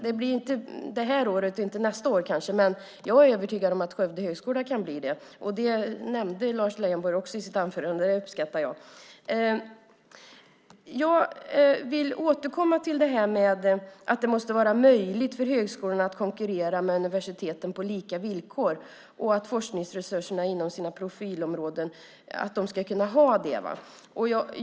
Det blir inte i år och inte heller nästa år, men jag är övertygad om att Högskolan i Skövde kan bli det. Även Lars Leijonborg nämnde detta i sitt inlägg, och det uppskattar jag. Jag vill återkomma till det här med att det måste vara möjligt för högskolorna att konkurrera med universiteten på lika villkor och att villkoren för forskningsresurserna inom profilområden är lika.